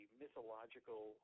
mythological